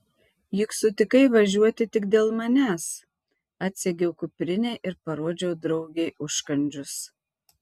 juk sutikai važiuoti tik dėl manęs atsegiau kuprinę ir parodžiau draugei užkandžius